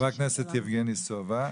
חבר הכנסת יבגני סובה.